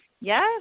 Yes